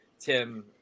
tim